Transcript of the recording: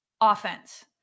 offense